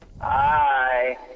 Hi